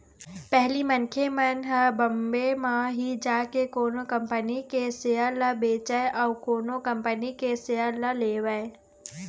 पहिली मनखे मन ह बॉम्बे म ही जाके कोनो कंपनी के सेयर ल बेचय अउ कोनो कंपनी के सेयर ल लेवय